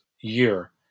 year